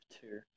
two